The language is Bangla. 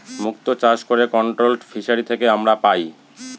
মুক্ত চাষ করে কন্ট্রোলড ফিসারী থেকে আমরা পাই